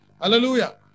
Hallelujah